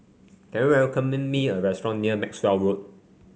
can you recommend me a restaurant near Maxwell Road